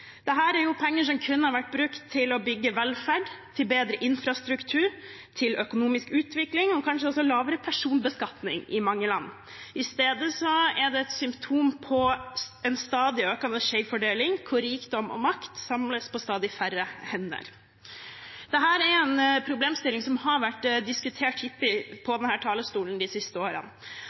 er penger som kunne ha vært brukt til å bygge velferd, til bedre infrastruktur, til økonomisk utvikling og kanskje også lavere personbeskatning i mange land. I stedet er det et symptom på en stadig økende skjevfordeling, hvor rikdom og makt samles på stadig færre hender. Dette er en problemstilling som har vært diskutert hyppig på denne talerstolen de siste årene,